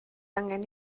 angen